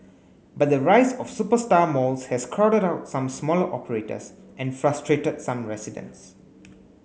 but the rise of superstar malls has crowded out some smaller operators and frustrated some residents